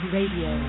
Radio